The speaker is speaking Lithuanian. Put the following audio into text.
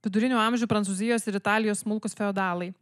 vidurinių amžių prancūzijos ir italijos smulkūs feodalai